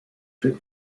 fit